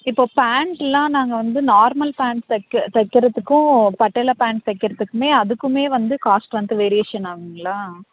இப்போது பேண்ட்டுலாம் நாங்கள் வந்து நார்மல் பேண்ட் தைக்க தைக்கிறதுக்கும் பட்டியாலா பேண்ட் தைக்கிறதுக்குமே அதுக்குமே வந்து காஸ்ட் வந்து வேரியேஷன் ஆகும்ங்களா